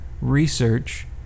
research